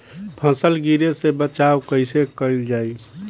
फसल गिरे से बचावा कैईसे कईल जाई?